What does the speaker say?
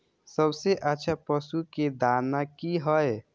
सबसे अच्छा पशु के दाना की हय?